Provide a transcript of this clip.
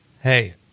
hey